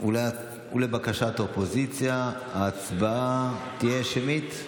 לבקשת האופוזיציה ההצבעה תהיה שמית.